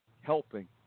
helping